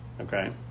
okay